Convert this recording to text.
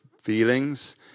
feelings